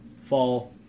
fall